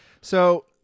So-